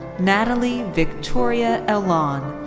natalie victoria el-laoune.